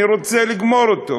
אני רוצה לגמור אותו,